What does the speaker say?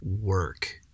work